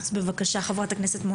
בבקשה, חברת הכנסת מואטי.